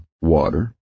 water